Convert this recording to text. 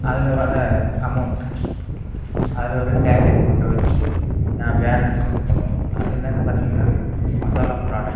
அதில் வர அமௌண்ட் அதில் வர டேலி அமௌண்ட்டை வச்சு நான் வேறு பிஸ்னஸ் பண்ணுவேன் அது என்னன்னு பார்த்திங்னா மசாலா ப்ராடெக்டு